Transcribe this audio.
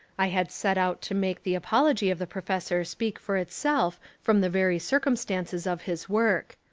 i had set out to make the apology of the professor speak for itself from the very circumstances of his work.